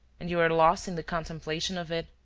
and you are lost in the contemplation of it?